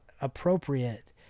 appropriate